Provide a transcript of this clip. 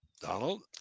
donald